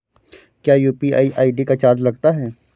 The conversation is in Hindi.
क्या यू.पी.आई आई.डी का चार्ज लगता है?